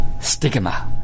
stigma